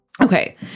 Okay